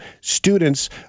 students